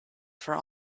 for